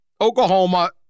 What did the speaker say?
Oklahoma